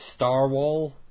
Starwall